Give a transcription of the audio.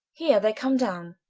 here they come downe.